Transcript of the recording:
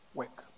work